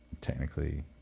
technically